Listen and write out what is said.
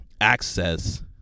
access